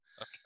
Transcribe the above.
Okay